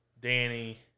Danny